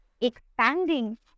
expanding